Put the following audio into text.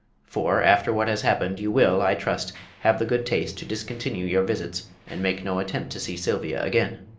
for, after what has happened, you will, i trust, have the good taste to discontinue your visits and make no attempt to see sylvia again.